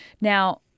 Now